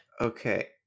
Okay